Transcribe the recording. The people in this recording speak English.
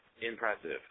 impressive